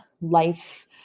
life